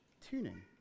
tuning